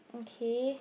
okay